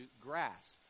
grasp